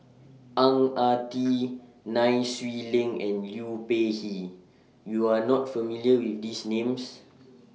Ang Ah Tee Nai Swee Leng and Liu Peihe YOU Are not familiar with These Names